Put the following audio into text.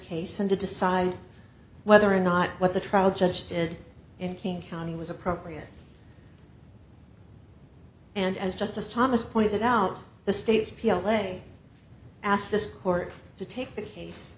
case and to decide whether or not what the trial judge did in king county was appropriate and as justice thomas pointed out the state's peel away asked this court to take the case